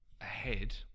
ahead